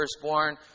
firstborn